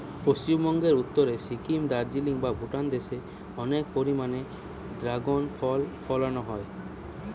পশ্চিমবঙ্গের উত্তরে সিকিম, দার্জিলিং বা ভুটান দেশে অনেক পরিমাণে দ্রাগন ফল ফলানা হয়